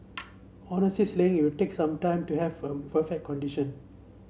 it will take some time to have a condition